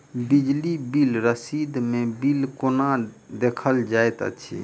बिजली बिल रसीद मे बिल केना देखल जाइत अछि?